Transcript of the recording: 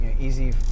easy